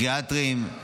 גריאטריים,